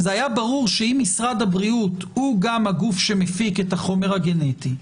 היה ברור שאם משרד הבריאות הוא גם הגוף שמפיק את החומר הגנטי,